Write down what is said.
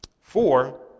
Four